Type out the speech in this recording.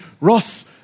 Ross